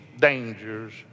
dangers